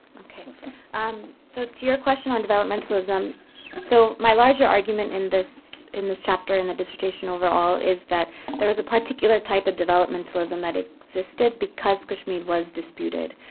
um so to your question about developmentalism so my larger argument in this in this chapter in the dissertation overall is that there was a particular type of developmentalism that existed because kashmir was disputed.